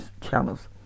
channels